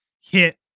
hit